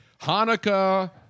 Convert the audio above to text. Hanukkah